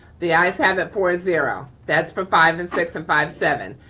the ayes have it four zero. that's for five and six and five seven.